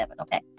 okay